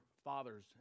Fathers